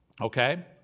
okay